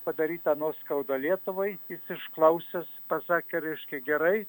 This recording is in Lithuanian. padarytą nuoskaudą lietuvai jis išklausęs pasakė reiškia gerai